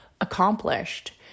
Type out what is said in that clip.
accomplished